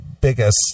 biggest